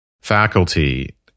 faculty